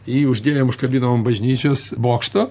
jį uždėjom užkabinom ant bažnyčios bokšto